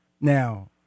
now